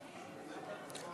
התשע"ו 2015,